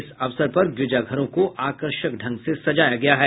इस अवसर पर गिरजाघरों को आकर्षक ढंग से सजाया गया है